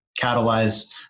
catalyze